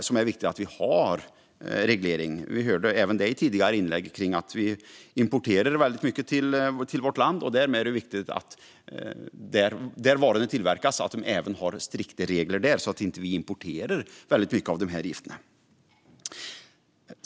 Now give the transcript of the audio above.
Som vi också hörde i tidigare inlägg importerar vi mycket till vårt land, och då är det viktigt att det är strikta regler där varorna tillverkas så att vi inte importerar en massa gifter.